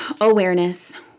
awareness